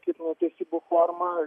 kaip netęsybų formą